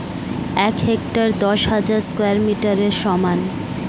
এক হেক্টার দশ হাজার স্কয়ার মিটারের সমান